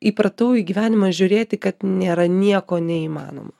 įpratau į gyvenimą žiūrėti kad nėra nieko neįmanomo